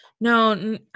No